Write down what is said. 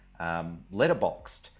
letterboxed